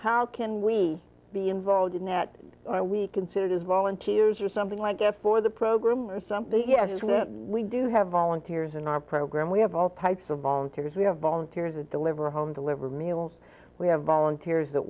how can we be involved in that we consider as volunteers or something like gift for the program or something yes we do have volunteers in our program we have all types of volunteers we have volunteers a deliver a home deliver meals we have volunteers that